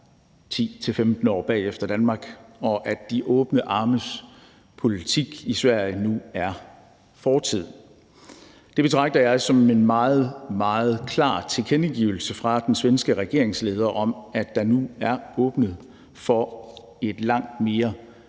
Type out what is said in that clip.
10-15 år bagefter Danmark, og at de åbne armes politik i Sverige nu er fortid. Det betragter jeg som en meget, meget klar tilkendegivelse fra den svenske regeringsleder om, at der nu er åbnet for et langt mere